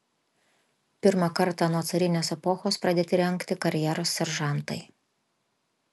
pirmą kartą nuo carinės epochos pradėti rengti karjeros seržantai